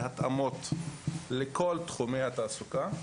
התאמות לכל תחומי התעסוקה.